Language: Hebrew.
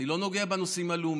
אני לא נוגע בנושאים הלאומיים.